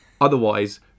otherwise